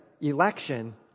election